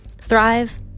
thrive